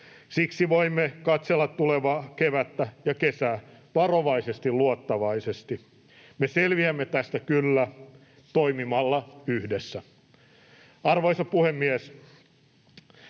Siksi voimme katsella tulevaa kevättä ja kesää varovaisen luottavaisesti. Me selviämme tästä kyllä toimimalla yhdessä. Arvoisa puhemies!